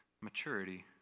maturity